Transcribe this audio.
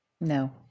No